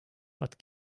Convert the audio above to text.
but